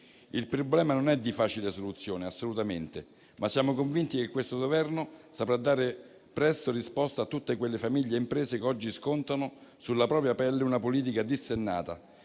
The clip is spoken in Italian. Il problema non è di facile soluzione, assolutamente, ma siamo convinti che il Governo saprà dare presto risposta a tutte le famiglie e le imprese che oggi scontano sulla propria pelle una politica dissennata,